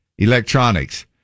Electronics